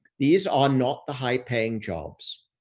these are not the high paying jobs,